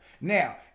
Now